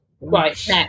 Right